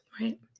right